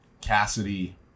Cassidy